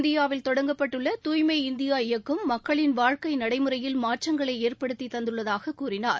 இந்தியாவில் தொடங்கப்பட்டுள்ள தூய்மை இந்தியா இயக்கம் மக்களின் வாழ்க்கை நடைமுறையில் மாற்றங்களை ஏற்படுத்தித்தந்துள்ளதாக கூறினார்